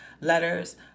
letters